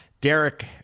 Derek